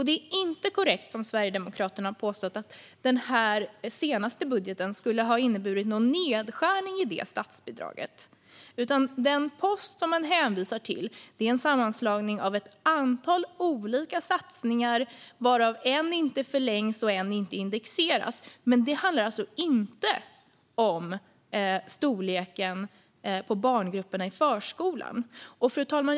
Det är inte korrekt, som Sverigedemokraterna har påstått, att den senaste budgeten skulle ha inneburit någon nedskärning i statsbidraget. Den post som man hänvisar till är en sammanslagning av ett antal olika satsningar, varav en inte förlängs och en inte indexeras. Det handlar alltså inte om storleken på barngrupperna i förskolan. Fru talman!